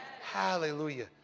Hallelujah